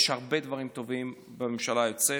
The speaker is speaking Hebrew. יש הרבה דברים טובים בממשלה היוצאת.